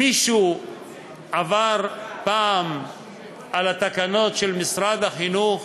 מישהו עבר פעם על התקנות של משרד החינוך,